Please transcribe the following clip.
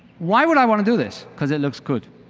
why would i want to do this? because it looks good.